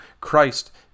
Christ